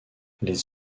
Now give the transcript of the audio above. les